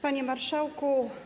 Panie Marszałku!